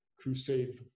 crusade